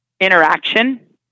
interaction